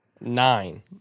Nine